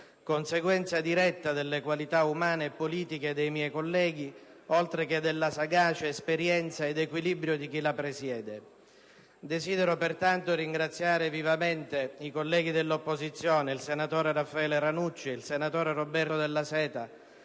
conseguenza diretta delle qualità umane e politiche dei miei colleghi, oltre che della sagacia, esperienza ed equilibrio di chi la presiede. Desidero, pertanto, ringraziare vivamente i colleghi dell'opposizione, senatore Raffaele Ranucci e senatore Roberto Della Seta,